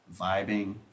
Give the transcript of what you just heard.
vibing